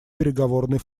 переговорный